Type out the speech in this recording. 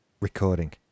recording